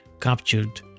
captured